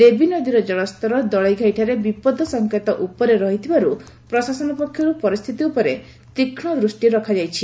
ଦେବୀ ନଦୀର ଜଳସ୍ତର ଦଳେଇ ଘାଇଠାରେ ବିପଦ ଉପରେ ରହିଥିବାରୁ ପ୍ରଶାସନ ପକ୍ଷରୁ ପରିସ୍ରିତି ଉପରେ ତୀକ୍ଷ୍ଣ ଦୃଷ୍କି ରଖାଯାଇଛି